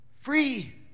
Free